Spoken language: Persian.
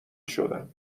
شدم